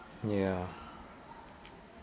ya